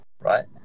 right